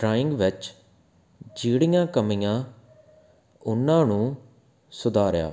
drawing ਵਿੱਚ ਜਿਹੜੀਆਂ ਕਮੀਆਂ ਉਹਨਾਂ ਨੂੰ ਸੁਧਾਰਿਆ